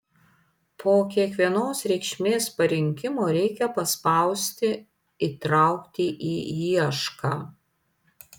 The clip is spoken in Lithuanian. po kiekvienos reikšmės parinkimo reikia paspausti įtraukti į iešką